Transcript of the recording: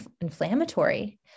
Inflammatory